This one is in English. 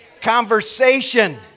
conversation